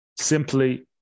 simply